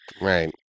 Right